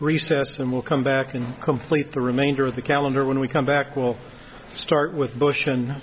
recess and we'll come back and complete the remainder of the calendar when we come back we'll start with bush and